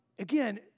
Again